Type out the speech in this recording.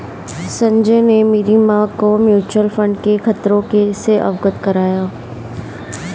संजय ने मेरी मां को म्यूचुअल फंड के खतरों से अवगत कराया